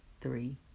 three